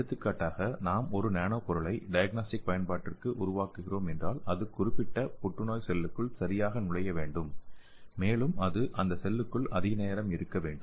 எடுத்துக்காட்டாக நாம் ஒரு நானோ பொருளை டயக்னாஸ்டிக் பயன்பாட்டிற்கு உருவாக்குகிறோம் என்றால் அது குறிப்பிட்ட புற்றுநோய் செல்லுக்குள் சரியாக நுழைய வேண்டும் மேலும் அது அந்த செல்லுக்குள் அதிக நேரம் இருக்க வேண்டும்